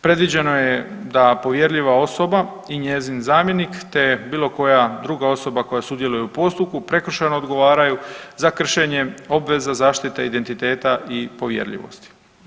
Predviđeno je da povjerljiva osoba i njezin zamjenik, te bilo koja druga osoba koja sudjeluje u postupku prekršajno odgovaraju za kršenje obveza zaštite identiteta i povjerljivosti.